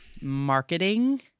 marketing